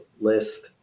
list